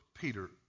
Peter